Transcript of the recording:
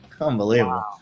Unbelievable